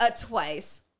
twice